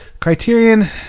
Criterion